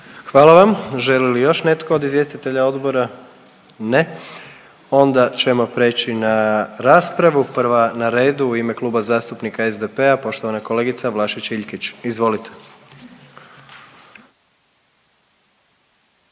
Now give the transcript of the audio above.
Hvala vam. Želi li još netko od izvjestitelja odbora? Ne. Onda ćemo preći na raspravu, prva na redu u ime Kluba zastupnika SDP-a poštovana kolegica Vlašić Iljkić, izvolite.